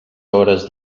hores